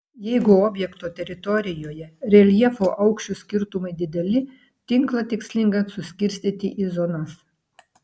jeigu objekto teritorijoje reljefo aukščių skirtumai dideli tinklą tikslinga suskirstyti į zonas